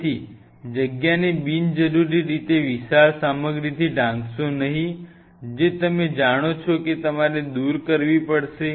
તેથી જગ્યાને બિનજરૂરી રીતે વિશાળ સામગ્રીથી ઢાંકશો નહીં જે તમે જાણો છો કે તમારે દૂર કરવી પડશે